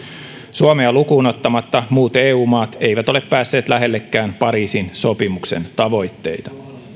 suomea lukuun ottamatta muut eu maat eivät ole päässeet lähellekään pariisin sopimuksen tavoitteita